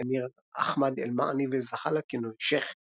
האמיר אחמד אל-מעני וזכה לכינוי שיח'.